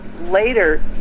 later